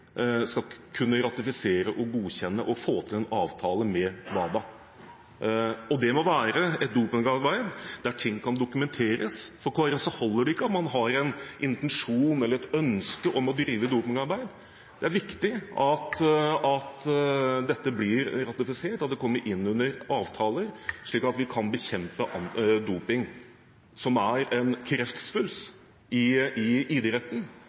skal kunne ratifisere, godkjenne, og få til en avtale med WADA. Det må være et antidopingarbeid der ting kan dokumenteres. For Kristelig Folkeparti holder det ikke at man har en intensjon eller et ønske om å drive antidopingarbeid. Det er viktig at dette blir ratifisert, at det kommer inn under avtaler, slik at vi kan bekjempe doping, som er en kreftsvulst i idretten,